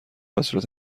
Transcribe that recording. بهصورت